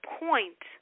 point